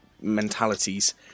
mentalities